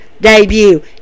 debut